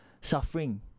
suffering